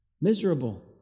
miserable